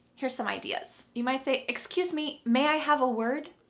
here's some ideas. you might say, excuse me, may i have a word?